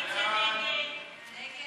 ההסתייגות של קבוצת סיעת הרשימה המשותפת לסעיף